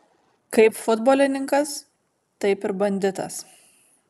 kaip futbolininkas taip ir banditas